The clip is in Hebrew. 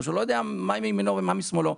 כשהוא לא יודע מה מימינו ומה משמאלו.